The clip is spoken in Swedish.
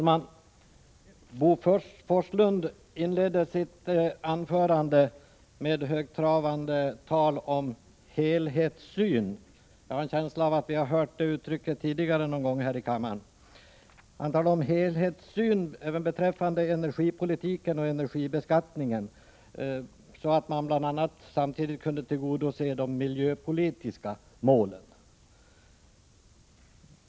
Herr talman! Bo Forslund inledde sitt anförande med högtravande tal om helhetssyn. Jag har en känsla av att vi har hört det uttrycket tidigare någon gång här i kammaren. Han talade nu om att anlägga en helhetssyn även beträffande energipolitiken och energibeskattningen, så att man samtidigt skulle kunna tillgodose de miljöpolitiska målen.